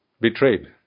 Betrayed